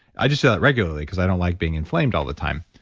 i just say that regularly because i don't like being inflamed all the time.